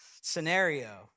scenario